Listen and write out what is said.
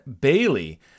Bailey